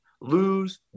lose